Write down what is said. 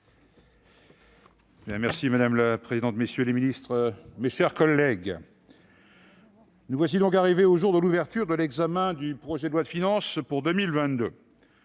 Madame la présidente, messieurs les ministres, mes chers collègues, nous voici arrivés au jour de l'ouverture de l'examen du projet de loi de finances pour 2022.